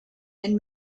and